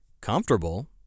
comfortable